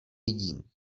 vidím